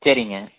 சரிங்க